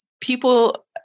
People